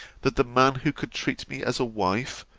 that the man who could treat me as a wife,